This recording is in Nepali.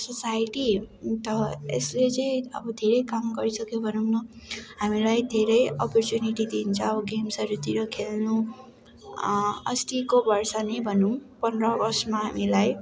सोसाइटी अन्त यसले चाहिँ अब धेरै काम गरिसक्यो भनौँ न हामीलाई धेरै अपर्च्युनिटी दिन्छ अब गेम्सहरूतिर खेल्नु अस्तिको वर्ष नै भनौँ पन्ध्र अगस्टमा हामीलाई